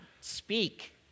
speak